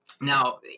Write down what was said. Now